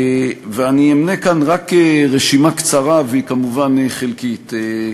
ואני אמנה כאן רק רשימה קצרה, והיא כמובן חלקית.